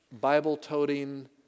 Bible-toting